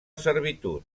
servitud